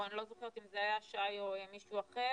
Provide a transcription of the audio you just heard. או אני לא זוכרת אם זה היה שי או מישהו אחר,